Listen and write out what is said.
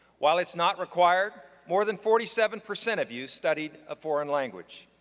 while it's not required, more than forty seven percent of you studied a foreign language.